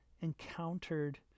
encountered